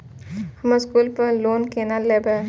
हम स्कूल पर लोन केना लैब?